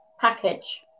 package